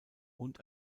und